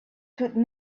could